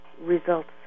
results